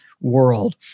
world